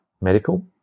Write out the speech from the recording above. medical